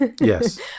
yes